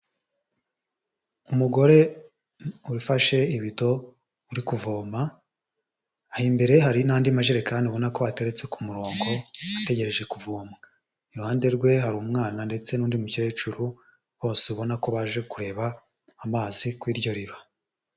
Umugore ufashe ibido uri kuvoma, aho imbere hari n'andi majerekani ubona ko ateretse ku murongo ategereje kuvomwa. iruhande rwe hari umwana ndetse n'undi mukecuru bose ubona ko baje kureba amazi kuri iryo riba.